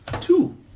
Two